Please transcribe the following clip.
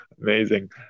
amazing